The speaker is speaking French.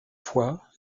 fois